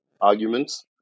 arguments